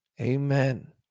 amen